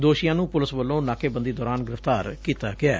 ਦੋਸ਼ੀਆਂ ਨੂੰ ਪੁਲਿਸ ਵੱਲੋਂ ਨਾਕੇਬੰਦੀ ਦੌਰਾਨ ਗੁਫਤਾਰ ਕੀਤਾ ਗਿਐ